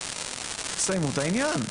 תסיימו את העניין.